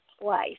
place